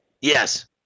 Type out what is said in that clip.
Yes